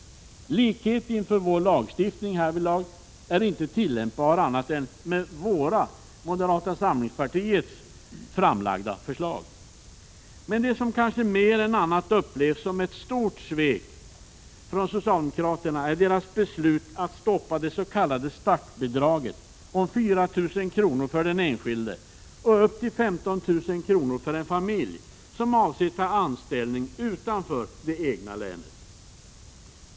Principen likhet inför lagen är härvidlag inte tillämpbar, om inte våra, av moderata samlingspartiet framlagda, förslag blir genomförda. Men det som kanske mer än annat upplevs som ett stort svek av socialdemokraterna är deras beslut att stoppa det s.k. startbidraget — från 4 000 kr. för den enskilde och upp till 15 000 kr. för en familj som avser att ta anställning utanför det egna länet.